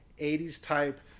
80s-type